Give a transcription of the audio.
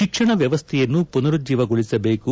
ಶಿಕ್ಷಣ ವ್ಯವಸ್ಥೆಯನ್ನು ಪುನರುಜ್ಜೀವನಗೊಳಿಸಬೇಕು